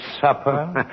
supper